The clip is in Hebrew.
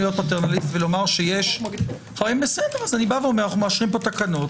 אנו מאשרים תקנות.